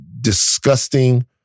disgusting